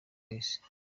wese